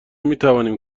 میتوانیم